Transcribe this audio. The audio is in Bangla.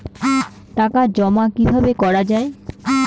টাকা জমা কিভাবে করা য়ায়?